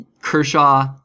Kershaw